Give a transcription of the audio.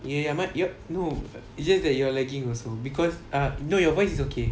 ya ya ya mine yup no it's just that you are lagging also because ah no your voice is okay